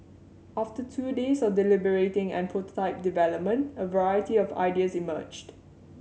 after two days of deliberating and prototype development a variety of ideas emerged